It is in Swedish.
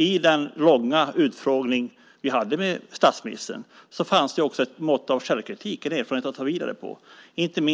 I den långa utfrågning som vi hade med statsministern fanns också ett mått av självkritik och erfarenhet att bygga vidare på när det